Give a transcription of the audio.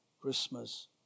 Christmas